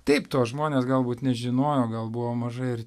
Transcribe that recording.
taip to žmonės galbūt nežinojo gal buvo mažai ir